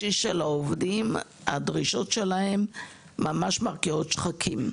העובדים; הדרישות שלהם ממש מרקיעות שחקים.